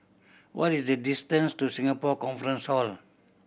what is the distance to Singapore Conference Hall